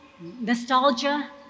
nostalgia